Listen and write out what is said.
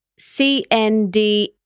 CND